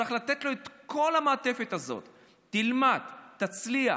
צריך לתת לו את כל המעטפת הזאת: תלמד, תצליח,